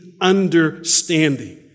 understanding